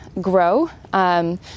grow